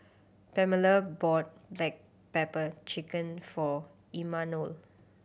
Pamella bought black pepper chicken for Imanol